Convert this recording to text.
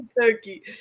turkey